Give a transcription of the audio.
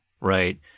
Right